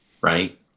Right